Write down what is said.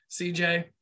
CJ